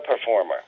performer